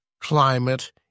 climate